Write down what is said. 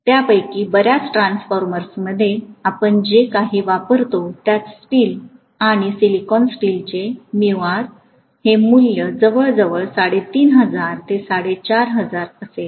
त्यापैकी बर्याच ट्रान्सफॉर्मर्समध्ये आपण जे काही वापरतो त्यास स्टील आणि सिलिकॉन स्टीलचे हे मूल्य जवळजवळ 3500 ते 4500 असेल